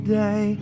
day